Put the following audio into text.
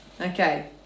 Okay